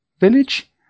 village